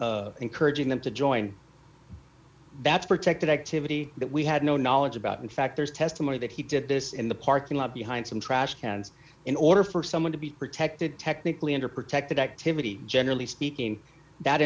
at encouraging them to join that's protected activity that we had no knowledge about in fact there's testimony that he did this in the parking lot behind some trash cans in order for someone to be protected technically under protected activity generally speaking that